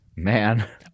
man